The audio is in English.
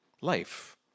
life